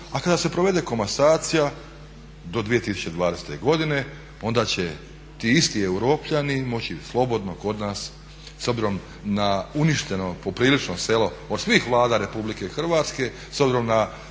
a kada se provede komasacija do 2020. godine onda će ti isti europljani moći slobodno kod nas, s obzirom na uništeno poprilično selo od svih vlada Republike Hrvatske s obzirom na